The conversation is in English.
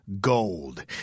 gold